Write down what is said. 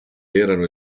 erano